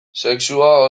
sexua